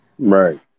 Right